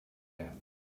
death